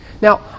Now